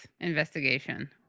investigation